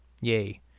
yay